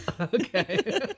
okay